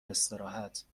استراحت